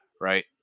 right